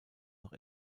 noch